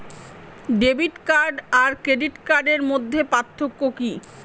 Debit card আর credit কার্ডের মধ্যে পার্থক্য কি?